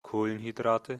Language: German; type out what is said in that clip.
kohlenhydrate